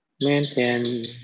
Maintain